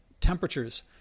temperatures